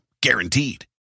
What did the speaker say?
Guaranteed